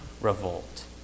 revolt